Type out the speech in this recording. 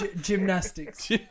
gymnastics